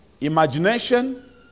imagination